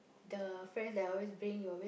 the friends that I always bring you always